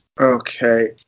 Okay